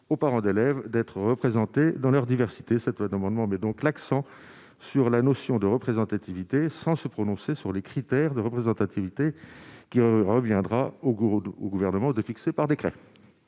aux parents d'élèves d'être représentés dans leur diversité, cette d'amendement met donc l'accent sur la notion de représentativité, sans se prononcer sur les critères de représentativité qui reviendra au au gouvernement de fixer par décret.